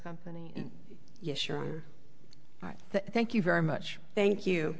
company yes you're right thank you very much thank you